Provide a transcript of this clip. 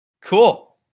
Cool